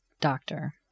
doctor